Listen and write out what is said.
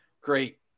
great